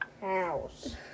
house